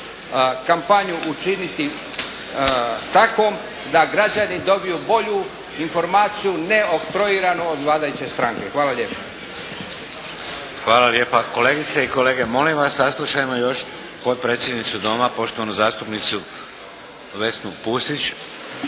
kampanju učiniti takvom da građani dobiju bolju informaciju ne oktroiranu od vladajuće stranke. Hvala lijepa. **Šeks, Vladimir (HDZ)** Hvala lijepa. Kolegice i kolege, molim vlas saslušajmo još potpredsjednicu Doma, poštovanu zastupnicu Vesnu Pusić.